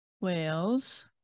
Wales